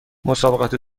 مسابقات